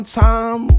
time